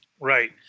Right